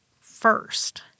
first